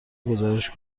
گزارش